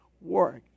work